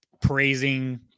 praising